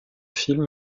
film